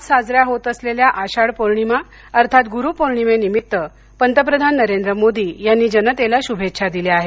आज साजऱ्या होत असलेल्या आषाढ पौर्णिमा अर्थात गुरु पौर्णिमेनिमित्त पंतप्रधान नरेंद्र मोदी यांनी जनतेला शुभेच्छा दिल्या आहेत